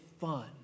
fun